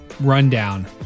rundown